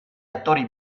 attori